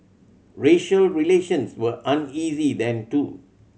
racial relations were uneasy then too